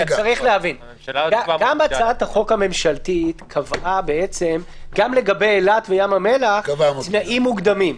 גם הצעת החוק הממשלתית קבעה גם לגבי אילת וים המלח תנאים מוקדמים.